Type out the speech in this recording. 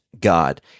God